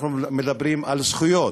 אנחנו מדברים על זכויות,